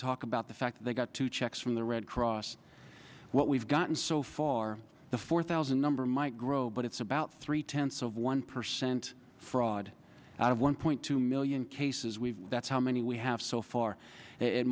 talk about the fact they got two checks from the red cross what we've gotten so far the four thousand number might grow but it's about three tenths of one percent fraud out of one point two million cases we that's how many we have so far